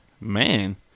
man